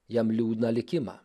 jam liūdną likimą